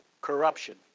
corruption